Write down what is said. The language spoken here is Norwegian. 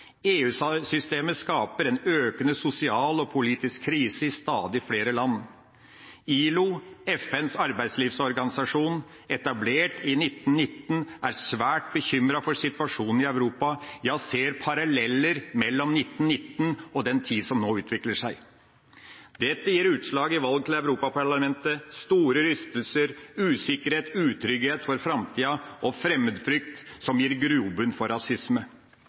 skaper en økende sosial- og politisk krise i stadig flere land. ILO, FNs arbeidslivsorganisasjon, etablert i 1919, er svært bekymret for situasjonen i Europa. De ser paralleller mellom 1919 og den situasjonen som nå utvikler seg. Dette gir seg utslag i valget til Europaparlamentet, store rystelser, usikkerhet og utrygghet for framtida og fremmedfrykt som gir grobunn for rasisme.